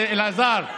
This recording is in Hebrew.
אלעזר,